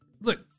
Look